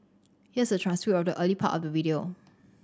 here's a transcript of the early part of the video